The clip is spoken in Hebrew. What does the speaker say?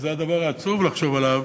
וזה הדבר העצוב לחשוב עליו,